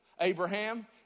Abraham